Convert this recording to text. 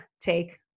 take